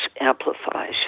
amplifies